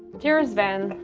dearest sven,